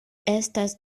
estas